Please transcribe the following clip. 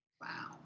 wow